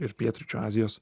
ir pietryčių azijos